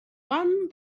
one